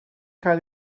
cael